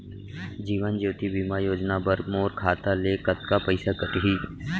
जीवन ज्योति बीमा योजना बर मोर खाता ले कतका पइसा कटही?